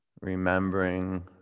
remembering